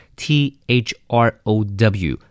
throw